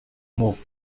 moved